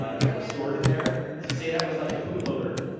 ah that were stored in there. so, say that was like a boot loader,